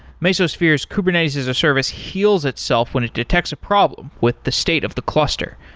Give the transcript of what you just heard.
mesosphere's kubernetes-as-a-service heals itself when it detects a problem with the state of the cluster.